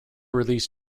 release